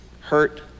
Hurt